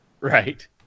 Right